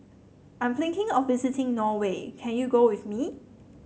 I'm thinking of visiting Norway can you go with me